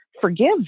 forgive